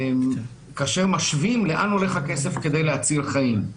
כאשר משווים לאן הולך הכסף כדי להציל חיים.